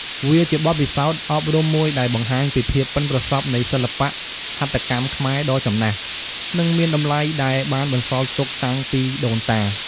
វាជាបទពិសោធន៍អប់រំមួយដែលបង្ហាញពីភាពប៉ិនប្រសប់នៃសិល្បៈហត្ថកម្មខ្មែរដ៏ចំណាស់ និងមានតម្លៃដែលបានបន្សល់ទុកតាំងពីដូនតា។